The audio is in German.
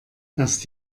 erst